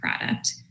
product